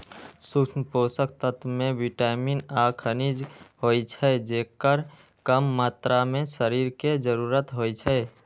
सूक्ष्म पोषक तत्व मे विटामिन आ खनिज होइ छै, जेकर कम मात्रा मे शरीर कें जरूरत होइ छै